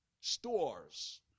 stores